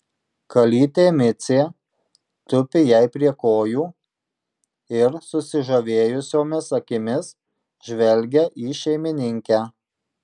kalytė micė tupi jai prie kojų ir susižavėjusiomis akimis žvelgia į šeimininkę